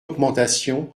augmentation